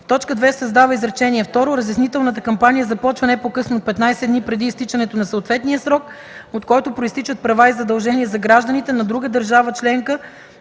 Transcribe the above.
т. 2 се създава изречение второ: „Разяснителната кампания започва не по-късно от 15 дни преди изтичането на съответния срок, от който произтичат права и задължения за гражданите на друга държава – членка